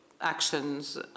actions